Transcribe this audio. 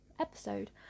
episode